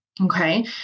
Okay